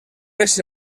ese